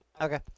Okay